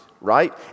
right